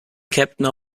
captain